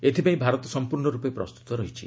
ଏଥିପାଇଁ ଭାରତ ସମ୍ପର୍ଣ୍ଣ ରୂପେ ପ୍ରସ୍ତତ ରହିଛି